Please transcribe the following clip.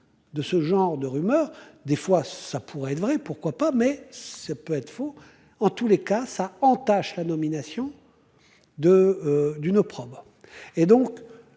De ce genre de rumeurs. Des fois ça pourrait être vrai. Pourquoi pas mais ça peut être fou en tous les cas ça entache la nomination. De. D'une opprobe